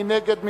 מי נגד?